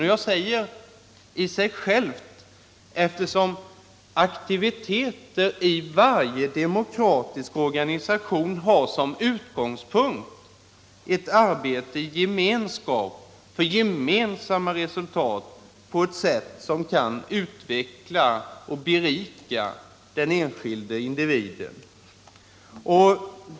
Jag säger ”i sig själv” eftersom aktivitet i varje demokratisk organisation har som utgångspunkt ett arbete i gemenskap för gemensamma resultat på ett sätt som kan utveckla och berika den enskilda individen.